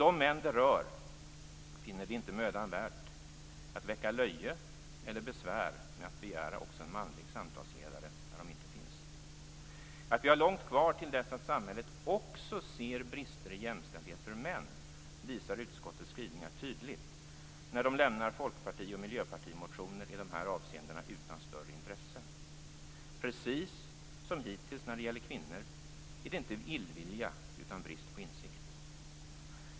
De män det rör finner det inte mödan värt att väcka löje eller besvär med att begära också en manlig samtalsledare när sådan inte finns. Att vi har långt kvar tills dess att samhället också ser brister i jämställdhet för män visar utskottet tydligt när det i sina skrivningar lämnar folkparti och miljöpartimotioner i dessa avseenden utan större intresse. Precis som hittills när det gäller kvinnor är det inte illvilja utan brist på insikt.